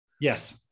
Yes